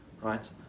right